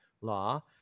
law